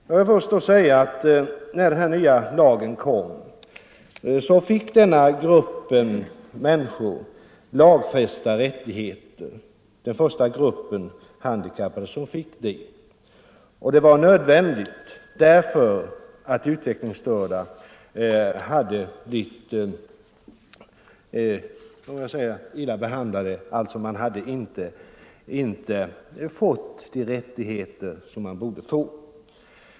Jag vill först säga att när den nya lagen om utvecklingsstörda kom fick denna grupp lagfästa rättigheter. Det var den första grupp handikappade som fick det, och det var nödvändigt därför att de utvecklingsstörda hade blivit illa behandlade och inte fått de rättigheter de borde ha.